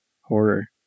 horror